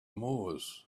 moors